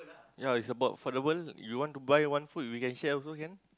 ya it's about for the world you want to buy one food you can share also can